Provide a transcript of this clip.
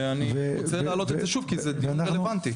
ואני רוצה להעלות את זה שוב, כי זה דיון רלוונטי.